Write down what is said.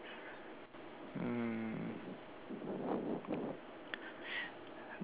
mm